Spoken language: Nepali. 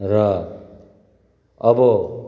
र अब